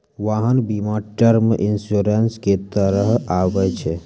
वाहन बीमा term insurance के तहत आबै छै